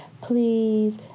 please